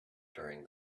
during